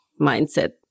mindset